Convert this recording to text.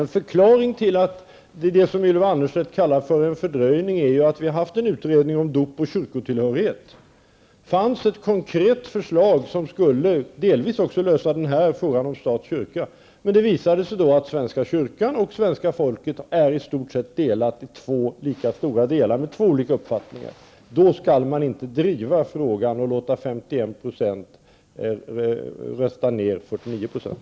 En förklaring till det som Ylva Annerstedt kallar för förhalning är att vi har haft en utredning om dop och kyrkotillhörighet, där det fanns ett förslag som delvis skulle ha kunnat lösa frågan om relationen mellan stat och kyrka men det visade sig att svenska kyrkan och svenska folket i stort sett är delade i två ungefär lika stora delar med två olika uppfattningar. Då skall man inte driva frågan och låta 51 % av befolkningen rösta ner 49 %.